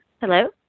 Hello